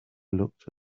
looked